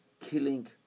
killing